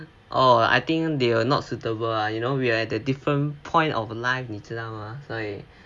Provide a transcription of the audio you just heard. oh I think they are not suitable ah you know we're the different point of life 你知道 mah 所以